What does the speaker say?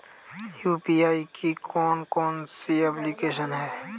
UPI की कौन कौन सी एप्लिकेशन हैं?